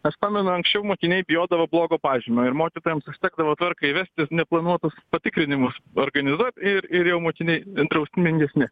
aš pamenu anksčiau mokiniai bijodavo blogo pažymio ir mokytojams užtekdavo tvarką įvesti neplanuotus patikrinimus organizuot ir ir jau mokiniai drausmingesni